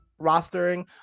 rostering